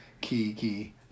Kiki